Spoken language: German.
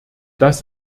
das